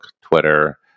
Twitter